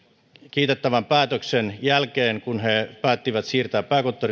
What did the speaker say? kiitettävän päätöksen jälkeen kun he päättivät siirtää pääkonttoritoimintonsa